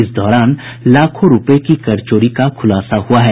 इस दौरान लाखों रूपये की कर चोरी का खुलासा हुआ है